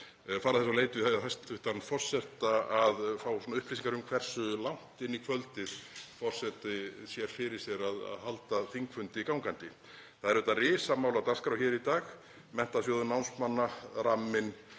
fara þess á leit við hæstv. forseta að fá upplýsingar um hversu langt inn í kvöldið forseti sér fyrir sér að halda þingfundi gangandi. Það eru auðvitað risamál á dagskrá í dag; Menntasjóður námsmanna, ramminn,